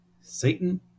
Satan